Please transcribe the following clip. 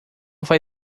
vai